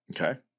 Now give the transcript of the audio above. Okay